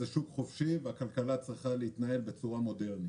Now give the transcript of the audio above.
זה שוק חופשי והכלכלה צריכה להתנהל בצורה מודרנית.